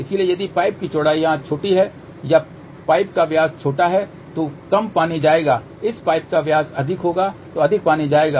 इसलिए यदि पाइप की चौड़ाई यहाँ छोटी है या पाइप का व्यास छोटा है तो कम पानी जाएगा इस पाइप का व्यास अधिक होगा अधिक पानी जाएगा